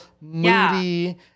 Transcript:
moody